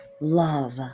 love